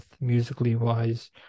musically-wise